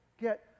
get